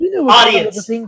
audience